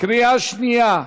בקריאה שנייה.